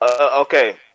Okay